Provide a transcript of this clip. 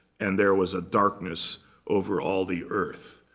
and there was a darkness over all the earth.